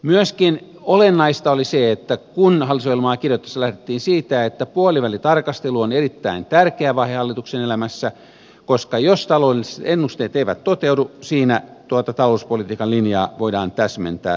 myöskin olennaista oli se että hallitusohjelmaa kirjoitettaessa lähdettiin siitä että puolivälitarkastelu on erittäin tärkeä vaihe hallituksen elämässä koska jos taloudelliset ennusteet eivät toteudu siinä tuota talouspolitiikan linjaa voidaan täsmentää ja tarkastaa